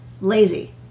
Lazy